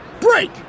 Break